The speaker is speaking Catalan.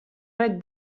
red